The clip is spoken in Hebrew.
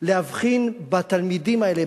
להבחין בתלמידים האלה,